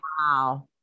Wow